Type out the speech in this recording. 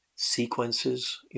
sequences